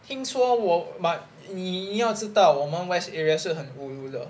听说我 but 你要知道我们 west area 是很 ulu 的